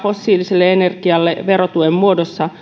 fossiiliselle energialle verotuen muodossa